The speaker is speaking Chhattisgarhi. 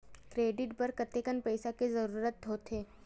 क्रेडिट बर कतेकन पईसा के जरूरत होथे?